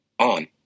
On